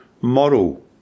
model